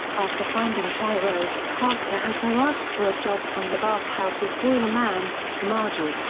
after finding chihiro, haku has her ask for a job from the bathhouse's boiler-man, kamaji,